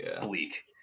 bleak